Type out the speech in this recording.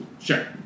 Sure